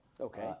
Okay